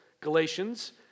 Galatians